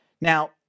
Now